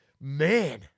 man